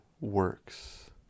works